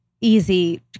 easy